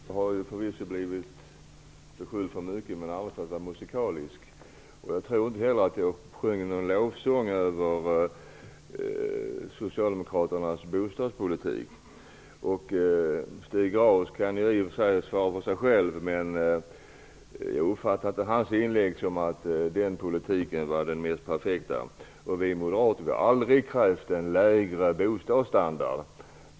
Herr talman! Jag har förvisso blivit beskylld för mycket men aldrig för att vara musikalisk. Jag tror inte heller att jag sjöng någon lovsång över Socialdemokraternas bostadspolitik. Stig Grauers kan i och för sig svara för sig själv, men jag uppfattade inte hans inlägg som att den politiken var den mest perfekta. Vi moderater har aldrig krävt en lägre bostadsstandard.